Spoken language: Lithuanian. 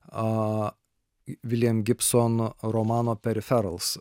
william gibson romano eriferals